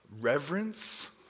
reverence